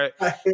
right